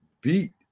beat